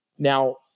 Now